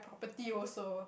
property also